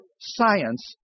science